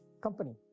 company